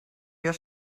your